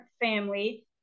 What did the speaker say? family